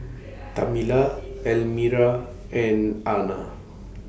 Tamela Elmyra and Ana